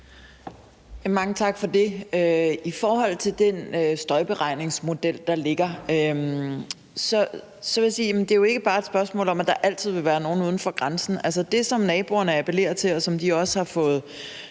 Mange tak for det. I forhold til den støjberegningsmodel, der ligger, vil jeg sige, at det jo ikke bare er et spørgsmål om, at der altid vil være nogen uden for grænsen. Altså, det, som naboerne appellerer til, og som de også har fået